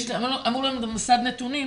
אמור להיות להם מסד נתונים